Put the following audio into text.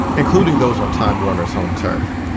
including those on time warner's home turf.